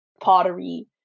pottery